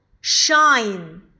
shine